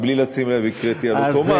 ובלי לשים לב הקראתי על אוטומט.